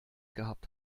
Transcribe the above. gehabt